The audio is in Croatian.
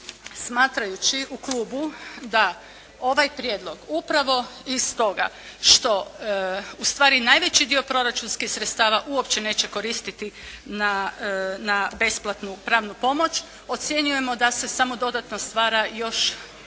smatrajući u klubu da ovaj prijedlog upravo iz toga što ustvari najveći dio proračunskih sredstava uopće neće koristiti na besplatnu pravnu pomoć ocjenjujemo da se samo dodatno stvara još